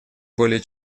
более